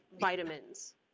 vitamins